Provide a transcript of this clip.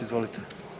Izvolite.